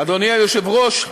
אדוני היושב-ראש,